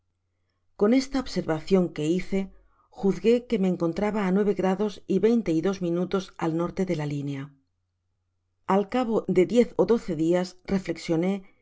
con esta observacion que hice juzgué que me encontraba á nueve grados y veinte y dos minutos al norte de la linea al cabo de diez ó doce dias reflexioné que falto de